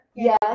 Yes